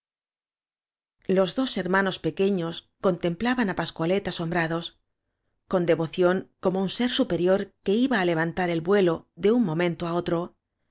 los dos hermanos pequeños contempla ban á pascualet asombrados con devoción como un ser superior que iba á levantar el vuelo de un momento á otro